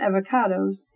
avocados